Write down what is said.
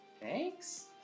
Thanks